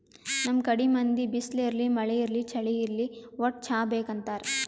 ನಮ್ ಕಡಿ ಮಂದಿ ಬಿಸ್ಲ್ ಇರ್ಲಿ ಮಳಿ ಇರ್ಲಿ ಚಳಿ ಇರ್ಲಿ ವಟ್ಟ್ ಚಾ ಬೇಕ್ ಅಂತಾರ್